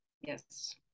Yes